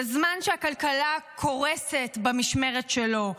בזמן שהכלכלה קורסת במשמרת שלו,